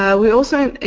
um we also